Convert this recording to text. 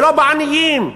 ולא בעניים.